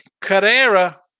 Carrera